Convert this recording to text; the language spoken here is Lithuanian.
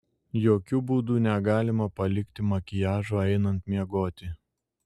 jokiu būdu negalima palikti makiažo einant miegoti